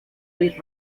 rick